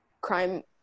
crime